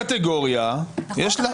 בכל קטגוריה יש לה --- בסדר גמור.